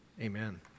amen